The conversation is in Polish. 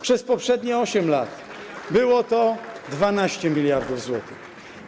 Przez poprzednie 8 lat było to 12 mld zł.